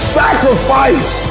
sacrifice